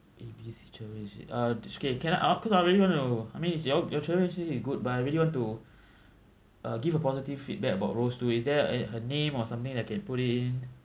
A B C travel agen~ ah okay can I ah because I really want to I mean it's you all your travel agency is good but I really want to uh give a positive feedback about rose too is there her her name or something that I can put in